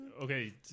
Okay